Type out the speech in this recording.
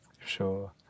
Sure